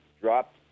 dropped